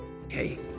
Okay